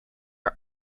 are